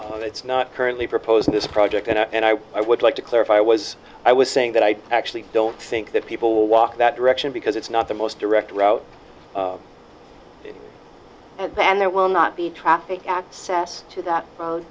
it's not currently proposed in this project and i i would like to clarify was i was saying that i actually don't think that people walk that direction because it's not the most direct route and there will not be traffic access to that